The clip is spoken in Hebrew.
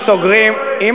-ומתן קואליציוני,